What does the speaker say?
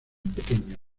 pequeño